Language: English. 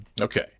Okay